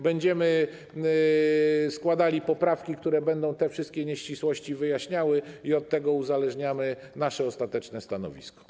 Będziemy składali poprawki, które będą te wszystkie nieścisłości wyjaśniały, i od tego uzależniamy nasze ostateczne stanowisko.